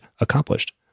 accomplished